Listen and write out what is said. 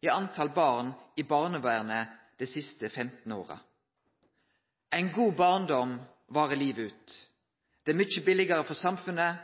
i talet på barn i barnevernet dei siste 15 åra. Ein god barndom varar livet ut. Det er mykje billigare for samfunnet